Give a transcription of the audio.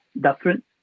different